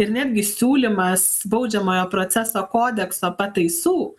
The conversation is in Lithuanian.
ir netgi siūlymas baudžiamojo proceso kodekso pataisų